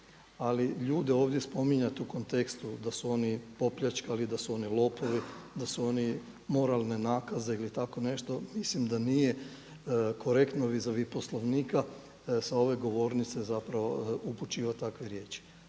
ali ljude ovdje spominjati u kontekstu da su oni opljačkali, da su oni lopovi, da su oni moralne nakaze ili tako nešto mislim da nije korektno vis a vis poslovnika sa ove govornice upućivati takve riječi.